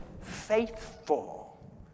faithful